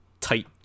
tight